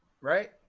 right